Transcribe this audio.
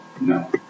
No